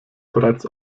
bereits